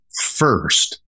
first